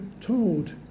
told